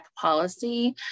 policy